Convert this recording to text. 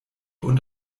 und